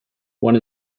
one